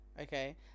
Okay